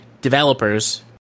developers